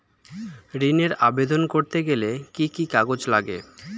ঋণের আবেদন করতে গেলে কি কি কাগজ লাগে?